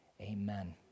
Amen